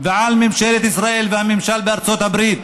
ועל ממשלת ישראל והממשל בארצות הברית